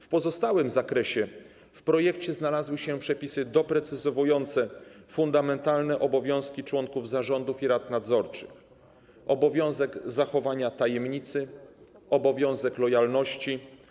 W pozostałym zakresie w projekcie znalazły się przepisy doprecyzowujące fundamentalne obowiązki członków zarządów i rad nadzorczych: obowiązek zachowania tajemnicy, obowiązek lojalności.